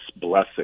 blessing